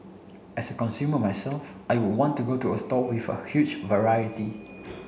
as a consumer myself I would want to go to a store with a huge variety